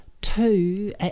Two